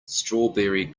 strawberry